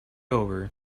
over